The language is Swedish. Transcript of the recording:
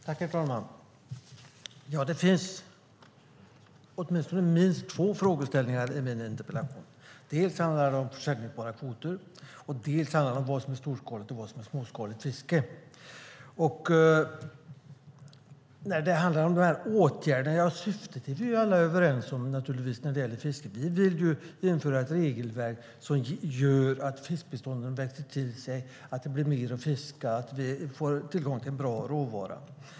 Herr talman! Det finns åtminstone två frågeställningar i min interpellation. Dels handlar det om säljbara kvoter, dels handlar det om vad som är storskaligt och vad som är småskaligt fiske. Syftet med de här åtgärderna är vi alla överens om. Vi vill införa ett regelverk som gör att fiskbestånden växer till sig, att det blir mer att fiska och att vi får tillgång till en bra råvara.